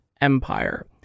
Empire